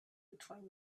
between